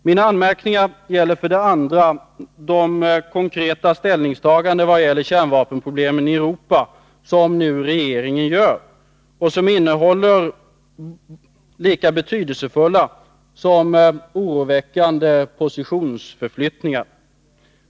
Mina anmärkningar gäller vidare de konkreta ställningstaganden vad gäller kärnvapenproblemen i Europa som regeringen nu gör och som innehåller lika betydelsefulla som oroväckande positionsförflyttningar.